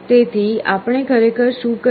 તેથી આપણે ખરેખર શું કરી રહ્યા છીએ